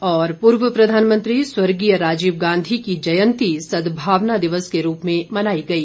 और पूर्व प्रधानमंत्री स्वर्गीय राजीव गांधी की जयंती सदभावना दिवस के रूप में मनाई गई